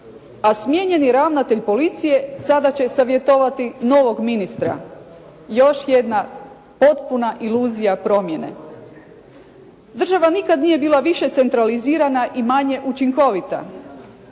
a smijenjeni ravnatelj policije sada će savjetovati novog ministra. Još jedna potpuna iluzija promjene. Država nije nikada bila više centralizirana i manje učinkovita.